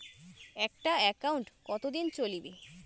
একটা একাউন্ট কতদিন চলিবে?